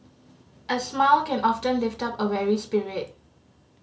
a smile can often lift up a weary spirit